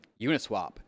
Uniswap